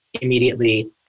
immediately